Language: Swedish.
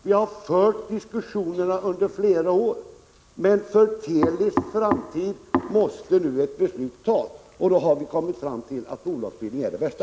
Vi har fört diskussionerna under flera år, men för Telis framtid måste nu ett beslut tas, och då har vi kommit fram till att bolagsbildning är det bästa.